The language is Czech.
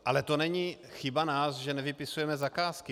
Ale to není chyba nás, že nevypisujeme zakázky.